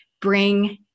bring